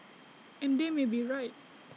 and they may be right